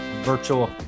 virtual